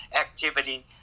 activity